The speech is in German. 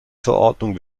verordnung